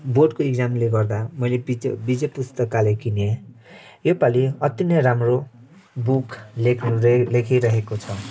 बोर्डको इक्जामले गर्दा मैले विच विजय पुस्तकालय किनेँ योपालि अति नै राम्रो बुक लेखहरू लेखिरहेको छ